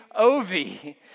Ovi